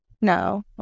No